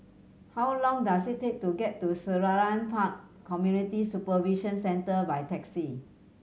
how long does it take to get to Selarang Park Community Supervision Centre by taxi